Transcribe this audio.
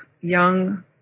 young